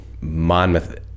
monmouth